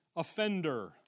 Offender